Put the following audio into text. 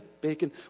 bacon